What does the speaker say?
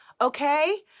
Okay